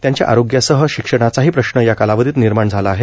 त्यांच्या आरोग्यासह शिक्षणाचाही प्रश्न या कालावधीत निर्माण झाला आहे